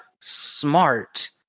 smart